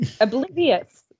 oblivious